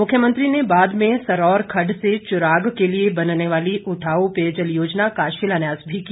मुख्यमंत्री ने बाद में सरौर खड्ड से चुराग के लिए बनने वाली उठाऊ पेयजल योजना का शिलान्यास भी किया